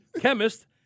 chemist